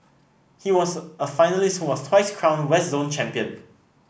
he was a finalist who was twice crowned West Zone Champion